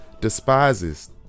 despises